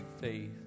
faith